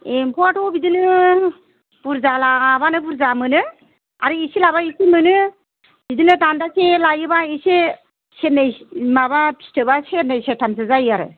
एम्फौआथ' बिदिनो बुरजा लाबानो बुरजा मोनो आरो एसे लाबा एसे मोनो बिदिनो दानदासे लायोबा एसे सेरनै माबा फिथोबआ सेरनै सेरथामसो जायो आरो